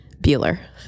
Bueller